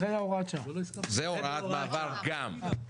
זה הוראת מעבר גם.